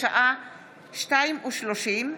בשעה 14:30,